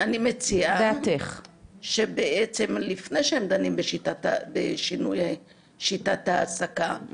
אני מציעה שלפני שהם דנים בשינוי שיטת העסקה,